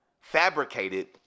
fabricated